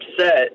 upset